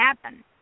happen